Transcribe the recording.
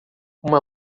uma